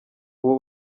ubu